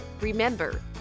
Remember